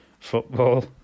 Football